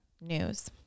news